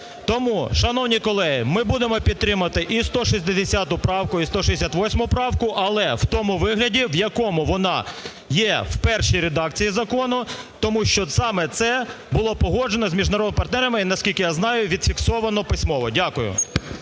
Тому, шановні колеги, ми будемо підтримувати і 160 правку, і 168 правку, але в тому вигляді, в якому вони є в першій редакції закону, тому що саме це було погоджено з міжнародними партнерами і, наскільки я знаю, відфіксовано письмово. Дякую.